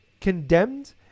condemned